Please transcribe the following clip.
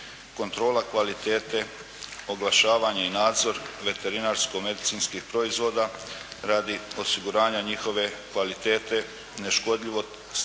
kontrola kvalitete, oglašavanje i nadzor veterinarsko-medicinskih proizvoda radi osiguranja njihove kvalitete, neškodljivosti